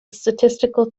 statistical